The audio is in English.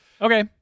Okay